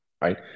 right